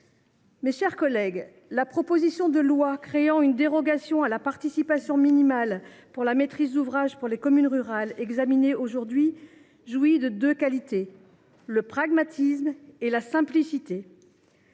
Mes chers collègues, la proposition de loi créant une dérogation à la participation minimale pour la maîtrise d’ouvrage pour les communes rurales, examinée aujourd’hui, jouit de deux qualités : le pragmatisme et la simplicité.